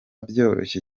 byoroshye